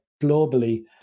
globally